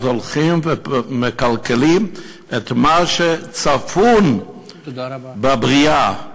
הולכים ומקלקלים את מה שצפון בבריאה,